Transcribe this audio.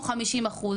או 50 אחוזים.